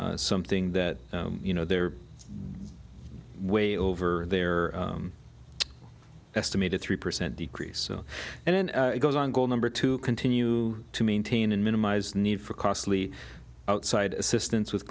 something that you know they're way over there estimated three percent decrease and then it goes on goal number two continue to maintain and minimize need for costly outside assistance with